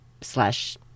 slash